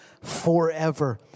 forever